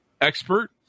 expert